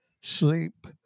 sleep